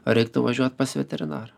reiktų važiuot pas veterinarą